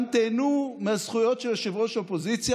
תיהנו מהזכויות של יושב-ראש האופוזיציה.